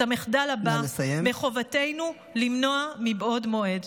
את המחדל הבא מחובתנו למנוע מבעוד מועד.